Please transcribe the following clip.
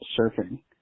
surfing